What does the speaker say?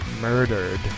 Murdered